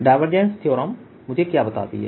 divergence theorem मुझे क्या बताती है